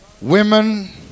women